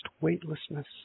weightlessness